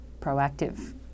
proactive